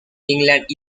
england